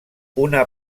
una